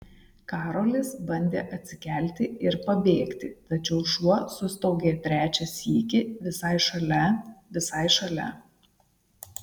karolis bandė atsikelti ir pabėgti tačiau šuo sustaugė trečią sykį visai šalia visai šalia